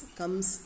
comes